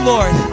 Lord